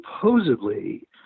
supposedly